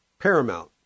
paramount